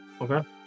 Okay